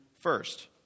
first